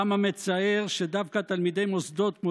כמה מצער שדווקא תלמידי מוסדות כמו